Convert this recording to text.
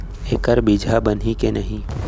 एखर बीजहा बनही के नहीं?